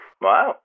Wow